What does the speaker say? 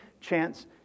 chance